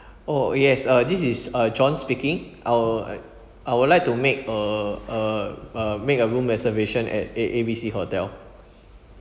oh yes uh this is uh john speaking I will eh I would like to make a a a make a room reservation at A A B C hotel